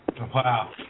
Wow